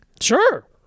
Sure